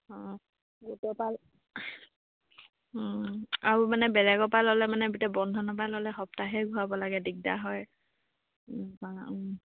অঁ গোটৰ পৰা আৰু মানে বেলেগৰ পৰা ল'লে মানে এতিয়া বন্ধনৰ পৰা ল'লে সপ্তাহে ঘূৰাব লাগে দিগদাৰ হয়